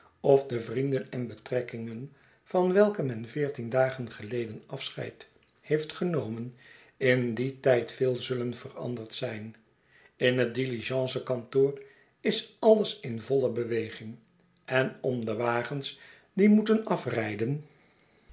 of de vrienden en betrekkingen van welke men veertien dagen geleden afscheid heeft genomen in dien tijd veel zullen veranderd zijn in het diligence kantoor is alles in voile beweging en om de wagens die moeten afrijden